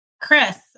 Chris